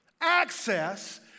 access